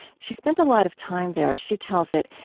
she spent a lot of time there, as she tells it,